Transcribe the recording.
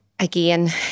Again